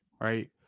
right